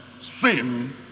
sin